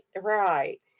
right